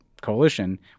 coalition